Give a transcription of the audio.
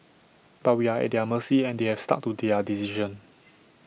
but we are at their mercy and they have stuck to their decision